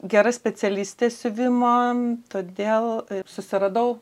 gera specialistė siuvimo todėl susiradau